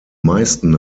meisten